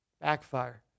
backfire